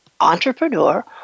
entrepreneur